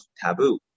taboo